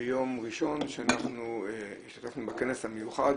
ביום ראשון, שאנחנו השתתפנו בכנס המיוחד